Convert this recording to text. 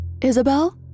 Isabel